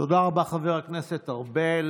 תודה רבה, חבר הכנסת ארבל.